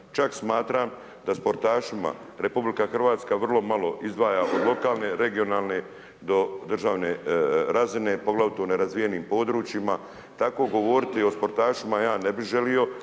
Čak smatram, da sportašima Republika Hrvatska vrlo malo izdvaja od lokalne, regionalne do državne razine, poglavito na razvijenim područjima. Tako govoriti o sportašima ja ne bi želio,